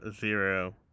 Zero